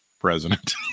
president